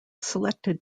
selected